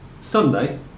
Sunday